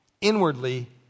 inwardly